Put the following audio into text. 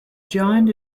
giant